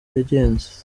yagenze